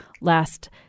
last